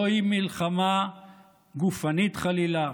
היא לא מלחמה גופנית חלילה,